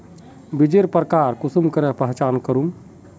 बीजेर प्रकार कुंसम करे पहचान करूम?